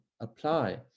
apply